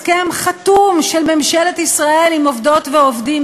הסכם חתום של ממשלת ישראל עם עובדות ועובדים,